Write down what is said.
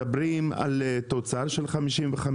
מדברים על תוצר של 55%,